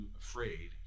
afraid